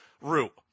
route